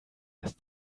das